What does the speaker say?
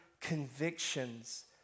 convictions